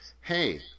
hey